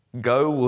Go